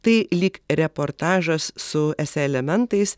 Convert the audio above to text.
tai lyg reportažas su esė elementais